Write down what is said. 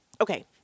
Okay